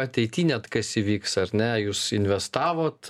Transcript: ateity net kas įvyks ar ne jūs investavot